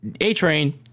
A-Train